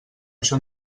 això